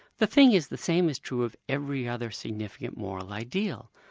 the thing is the same is true of every other significant moral ideal.